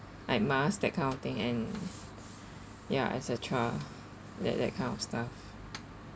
like mask that kind of thing and ya et cetera that that kind of stuff